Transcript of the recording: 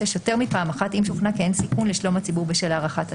יותר מפעם אחת אם שוכנע כי אין סיכון לשלום הציבור בשל הארכת התנאי.